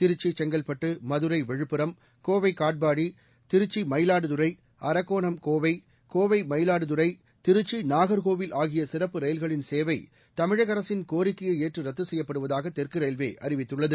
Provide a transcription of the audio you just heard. திருச்சி செங்கற்பட்டு மதுரை விழுப்புரம் அரக்கோணம் கோவை கோவை மயிலாடுதுறை திருச்சி நாகர்கோவில் ஆகிய சிறப்பு ரயில்களின் சேவை தமிழக அரசின் கோரிக்கையை ஏற்று ரத்து செய்யப்படுவதாக தெற்கு ரயில்வே அறிவித்துள்ளது